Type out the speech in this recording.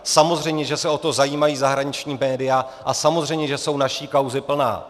Samozřejmě že se o to zajímají zahraniční média a samozřejmě jsou naší kauzy plná.